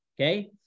Okay